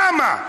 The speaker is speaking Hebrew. למה?